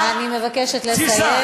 אני מבקשת לסיים.